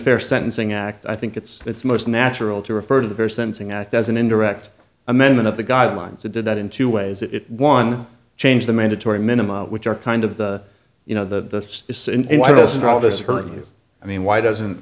fair sentencing act i think it's most natural to refer to the first sensing act as an indirect amendment of the guidelines that did that in two ways if one change the mandatory minimum which are kind of the you know the why doesn't